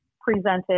presented